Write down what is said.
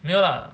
没有 lah